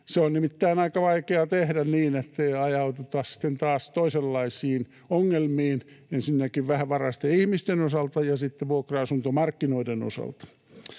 Se on nimittäin aika vaikea tehdä niin, ettei ajauduta sitten taas toisenlaisiin ongelmiin ensinnäkin vähävaraisten ihmisten osalta ja sitten vuokra-asuntomarkkinoiden osalta.